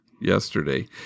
yesterday